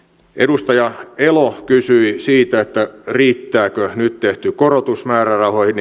edustaja elo kysyi siitä riittääkö nyt tehty korotus määrärahoihin